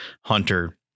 hunter